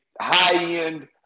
high-end